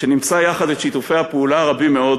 שנמצא יחד את שיתופי הפעולה הרבים מאוד,